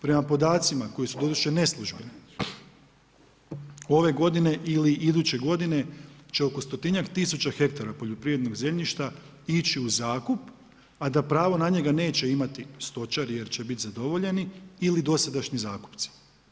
Prema podacima koji su doduše neslužbeni ove godine ili iduće godine će oko stotinjak tisuća hektara poljoprivrednog zemljišta ići u zakup, a da pravo na njega neće imati stočari jer će biti zadovoljeni ili dosadašnji zakupci.